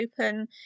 open